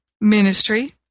ministry